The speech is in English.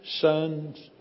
sons